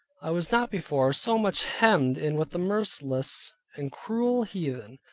i was not before so much hemmed in with the merciless and cruel heathen,